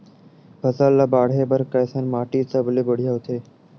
फसल ला बाढ़े बर कैसन माटी सबले बढ़िया होथे?